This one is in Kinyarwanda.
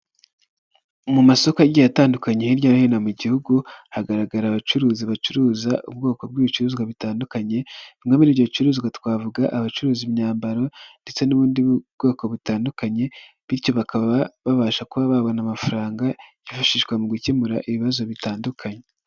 Mu masoko yagiye atandukanye hirya no hino mu gihugu, hagaragara abacuruzi bacuruza ubwoko bw'ibicuruzwa bitandukanye, bimwe muri ibyo bicuruzwa twavuga abacuruza imyambaro ndetse n'ubundi bwoko butandukanye, bityo bakaba babasha kuba babona amafaranga, yifashishwa mu gukemura ibibazo bitandukanye.